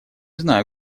знаю